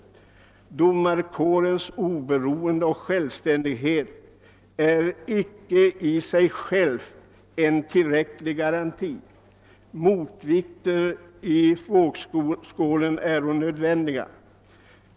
Domarkårens oberoende och självständighet är icke i sig självt en tillräcklig garanti. Motvikter i vågskålen äro ock nödvändiga.